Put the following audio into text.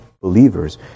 believers